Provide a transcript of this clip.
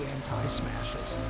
Anti-Smashes